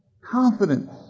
Confidence